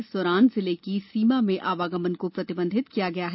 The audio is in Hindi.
इस दौरान जिले की सीमा में आवागमन को प्रतिबंधित किया गया है